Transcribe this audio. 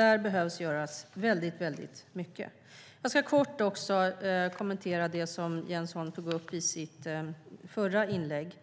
Här behöver mycket göras. Jag ska kort också kommentera det som Jens Holm tog upp i sitt förra inlägg